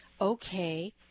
okay